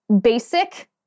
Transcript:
basic